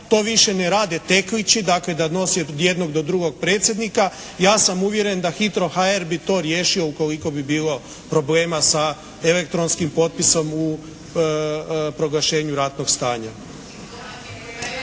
To više ne rade teklići, dakle da nosi od jednog do drugog predsjednika. Ja sam uvjeren da HITRO.HR bi to riješio ukoliko bi bilo problema sa elektronskim potpisom u proglašenju ratnog stanja.